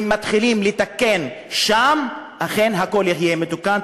אם מתחילים לתקן שם, אכן הכול יהיה מתוקן.